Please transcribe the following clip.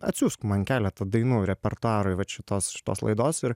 atsiųsk man keleta dainų repertuarui vat šitos šitos laidos ir